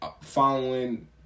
following